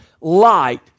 light